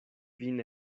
vin